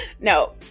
No